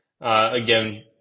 Again